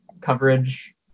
coverage